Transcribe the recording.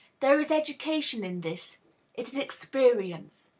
there is education in this it is experience,